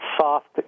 soft